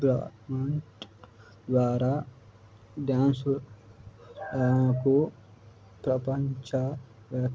బ ద్వారా డ్యాన్సుకు ప్రపంచ